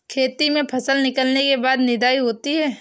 खेती में फसल निकलने के बाद निदाई होती हैं?